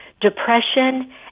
depression